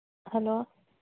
hello